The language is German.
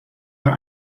der